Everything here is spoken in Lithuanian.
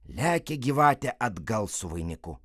lekia gyvatė atgal su vainiku